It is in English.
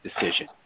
decision